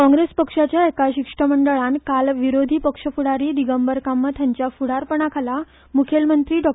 काँग्रेस पक्षाच्या एका शिश्टमंडळान काल विरोधी पक्ष फूडारी दिगंबर कामत हांच्या फुडारपणा खाला मुखेलमंत्री डॉ